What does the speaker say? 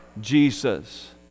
Jesus